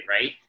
right